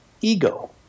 ego